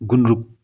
गुन्द्रुक